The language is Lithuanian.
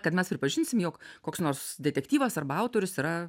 kad mes pripažinsim jog koks nors detektyvas arba autorius yra